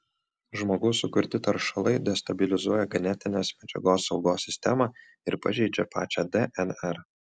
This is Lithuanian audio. žmogaus sukurti taršalai destabilizuoja genetinės medžiagos saugos sistemą ir pažeidžia pačią dnr